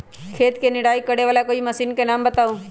खेत मे निराई करे वाला कोई मशीन के नाम बताऊ?